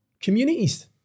communities